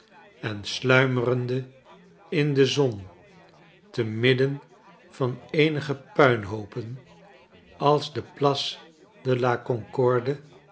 en sluimerende in de zon te midden van eenige puinhoopen als de place